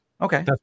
Okay